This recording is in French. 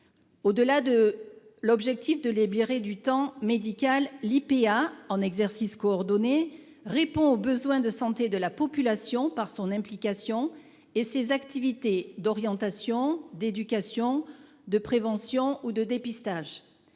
Au-delà de l'objectif de les bières et du temps médical l'IPA en exercice coordonné répond aux besoins de santé de la population par son implication et ses activités d'orientation d'éducation, de prévention ou de dépistage.